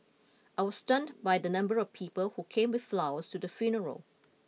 I was stunned by the number of people who came with flowers to the funeral